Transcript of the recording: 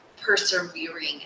persevering